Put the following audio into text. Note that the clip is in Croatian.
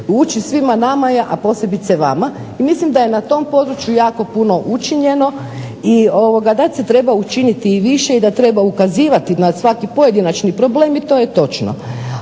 ući, svima nama je, a posebice vama. I mislim da je na tom području jako puno učinjeno i da se treba učiniti i više i da treba ukazivati na svaki pojedinačni problem i to je točno.